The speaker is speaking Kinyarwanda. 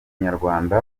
nyarwanda